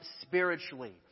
spiritually